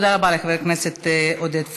תודה רבה לחבר הכנסת עודד פורר.